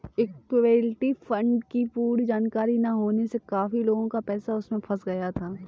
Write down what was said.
equity fund की पूर्ण जानकारी ना होने से काफी लोगों का पैसा उसमें फंस गया था